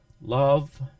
love